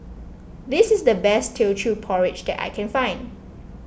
this is the best Teochew Porridge that I can find